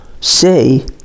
say